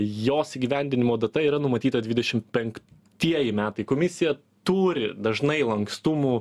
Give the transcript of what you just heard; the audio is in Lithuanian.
jos įgyvendinimo data yra numatyta dvidešim penktieji metai komisija turi dažnai lankstumų